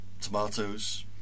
tomatoes